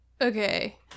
okay